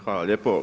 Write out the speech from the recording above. Hvala lijepo.